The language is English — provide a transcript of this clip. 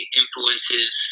influences